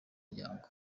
miryango